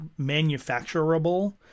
manufacturable